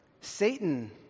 Satan